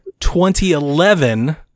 2011